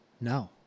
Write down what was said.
No